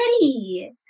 ready